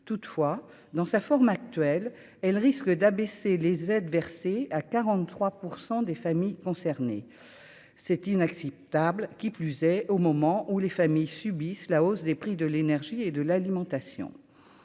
toutefois, dans sa forme actuelle, elle risque d'abaisser les aides versées à 43 % des familles concernées, c'est inacceptable, qui plus est, au moment où les familles subissent la hausse des prix de l'énergie et de l'alimentation,